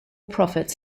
profits